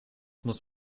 muss